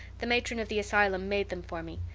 the matron of the asylum made them for me.